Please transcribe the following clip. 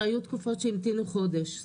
והיו תקופות שהמתינו חודש.